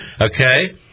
Okay